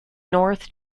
north